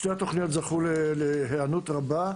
שתי התוכניות זכו להיענות רבה,